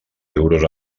euros